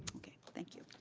okay, thank you.